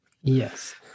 yes